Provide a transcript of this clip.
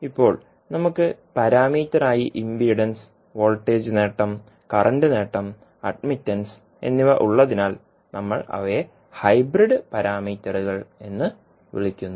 ഇപ്പോൾ നമുക്ക് പാരാമീറ്ററായി ഇംപിഡൻസ് വോൾട്ടേജ് നേട്ടം കറന്റ് നേട്ടം അഡ്മിറ്റൻസ് എന്നിവ ഉള്ളതിനാൽ നമ്മൾ അവയെ ഹൈബ്രിഡ് പാരാമീറ്ററുകൾ എന്ന് വിളിക്കുന്നു